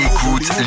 Écoute